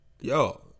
yo